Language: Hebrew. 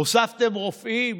הוספתם רופאים?